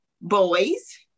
boys